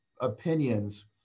opinions